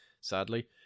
sadly